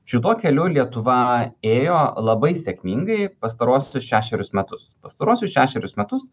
šituo keliu lietuva ėjo labai sėkmingai pastaruosius šešerius metus pastaruosius šešerius metus